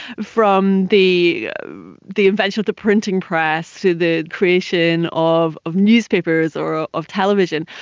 from the the invention of the printing press, to the creation of of newspapers or of television,